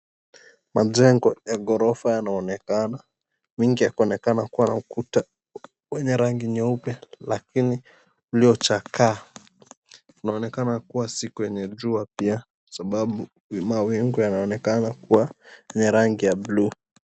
Majengo ya ghorofa yanaonekana, mengi yanaonekana kuwa na ukuta wenye rangi nyeupe lakini uliochakaa, inaonekana kuwa siku yenye jua pia kwa sababu mawingu yanaonekana kuwa rangi ya buluu.